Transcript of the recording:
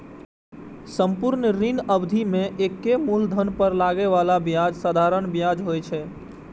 संपूर्ण ऋण अवधि मे एके मूलधन पर लागै बला ब्याज साधारण ब्याज होइ छै